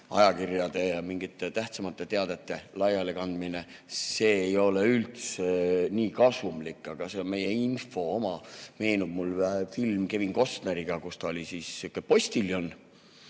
ajakirjade ja mingite tähtsamate teadete laialikandmine ei ole üldse nii kasumlik. Aga see on meie info, oma. Mulle meenub film Kevin Costneriga, kus ta oli sihuke postiljon,